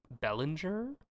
Bellinger